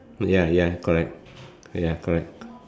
ya ya correct ya correct